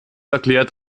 erklärt